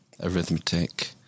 arithmetic